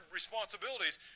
responsibilities